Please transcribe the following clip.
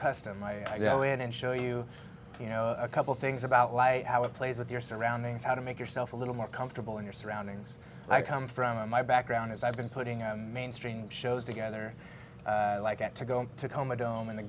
custom i go in and show you you know a couple things about light how it plays with your surroundings how to make yourself a little more comfortable in your surroundings i come from my background as i've been putting a mainstream shows together like that to go to koma dome in the